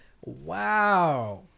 Wow